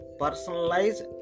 personalized